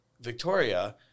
Victoria